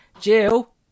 Jill